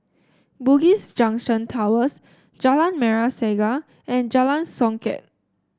Bugis Junction Towers Jalan Merah Saga and Jalan Songket